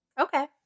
Okay